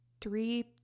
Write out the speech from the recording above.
three